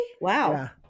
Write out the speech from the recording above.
Wow